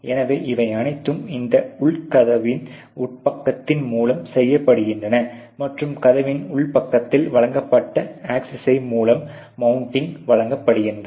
எனவே இவை அனைத்தும் இந்த உள் பக்கத்தின் மூலம் செய்யப்படுகின்றன மற்றும் கதவின் உள் பக்கத்தில் வழங்கப்பட்ட அக்சஸை மூலம் மவுண்டிங் வழங்கப்படுகிறது